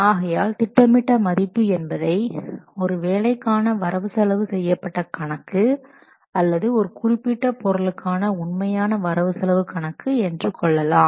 ஆகையால் திட்டமிட்ட மதிப்பு என்பதை ஒரு வேலைக்கான வரவு செலவு செய்யப்பட்ட கணக்கு அல்லது ஒரு குறிப்பிட்ட பொருளுக்கான உண்மையான வரவு செலவு கணக்கு என்று கொள்ளலாம்